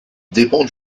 dépend